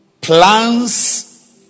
Plans